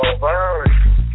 Bird